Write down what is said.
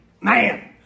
man